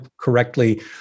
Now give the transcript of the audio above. correctly